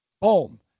boom